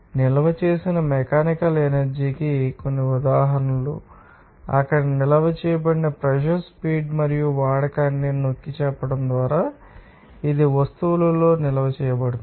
నిల్వ చేసిన mechanical energy కి కొన్ని ఉదాహరణలు అక్కడ నిల్వ చేయబడిన ప్రెషర్ స్పీడ్ మరియు వాడకాన్ని నొక్కి చెప్పడం ద్వారా ఇది వస్తువులలో నిల్వ చేయబడుతుంది